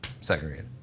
segregated